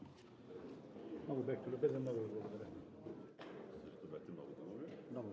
Благодаря,